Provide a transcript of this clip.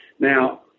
Now